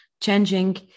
changing